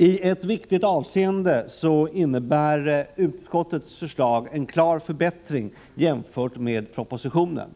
I ett viktigt avseende innebär utskottets förslag en klar förbättring jämfört med propositionen.